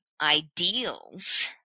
ideals